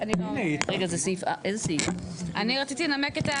אני רציתי לנמק,